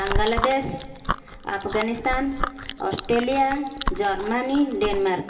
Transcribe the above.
Bangladesh Afghanistan Australia Germany Denmark